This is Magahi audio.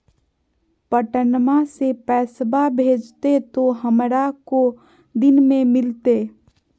पटनमा से पैसबा भेजते तो हमारा को दिन मे मिलते?